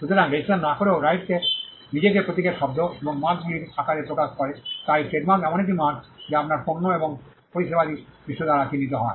সুতরাং রেজিস্ট্রেশন না করেও রাইটস নিজেকে প্রতীকের শব্দ এবং মার্কগুলির আকারে প্রকাশ করে তাই ট্রেডমার্ক এমন একটি মার্ক যা আপনার পণ্য এবং পরিষেবাদি বিশ্ব দ্বারা চিহ্নিত হয়